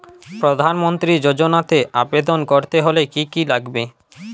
প্রধান মন্ত্রী যোজনাতে আবেদন করতে হলে কি কী লাগবে?